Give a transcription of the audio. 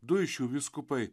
du iš jų vyskupai